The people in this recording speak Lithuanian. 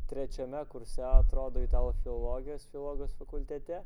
trečiame kurse atrodo italų filologijos filologijos fakultete